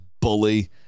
bully